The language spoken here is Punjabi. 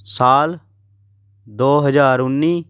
ਸਾਲ ਦੋ ਹਜ਼ਾਰ ਉੱਨੀ